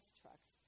trucks